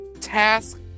task